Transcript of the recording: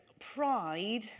Pride